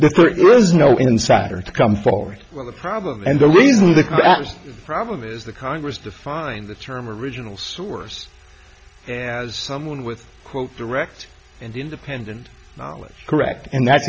the there is no insider to come forward with the problem and the reason of the problem is the congress defined the term original source as someone with quote direct and independent knowledge correct and that